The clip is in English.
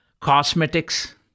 cosmetics